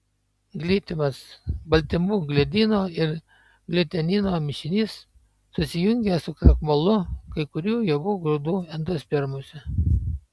glitimas baltymų gliadino ir gliutenino mišinys susijungęs su krakmolu kai kurių javų grūdų endospermuose